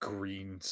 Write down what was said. Green